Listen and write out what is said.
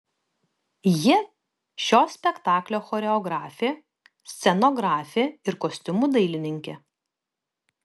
ji šio spektaklio choreografė scenografė ir kostiumų dailininkė